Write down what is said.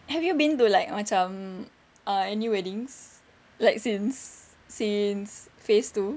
have you been to like macam uh any weddings like since since phase two